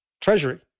Treasury